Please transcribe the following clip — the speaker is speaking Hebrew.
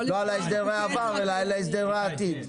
לא על הסדרי העבר אלא על ההסדר בעתיד.